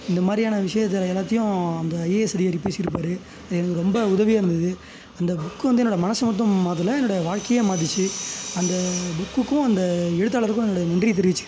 இந்த மாதிரியான விஷயத்துல எல்லாத்தையும் அந்த ஐஏஎஸ் அதிகாரி பேசியிருப்பார் அது எனக்கு ரொம்ப உதவியாக இருந்தது அந்த புக்கு வந்து என்னோடய மனசை மட்டும் மாத்தலை என்னோடய வாழ்க்கையையே மாற்றிடுச்சு அந்த புக்குக்கும் அந்த எழுத்தாளருக்கும் என்னுடைய நன்றியை தெரிவிச்சுக்கிறேன்